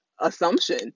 assumption